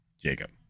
Jacob